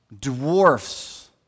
dwarfs